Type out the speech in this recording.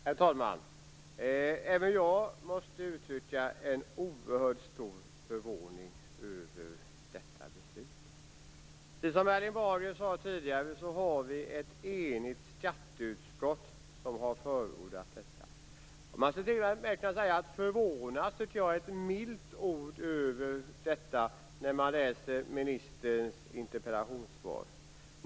Herr talman! Även jag måste uttrycka en oerhört stor förvåning över detta svar. Precis som Erling Bager sade har ett enigt skatteutskott förordat detta avdrag. Jag måste säga att "förvåna" är ett milt ord om ministerns interpellationssvar.